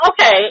okay